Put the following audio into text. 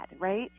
right